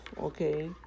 okay